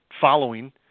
following